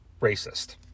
racist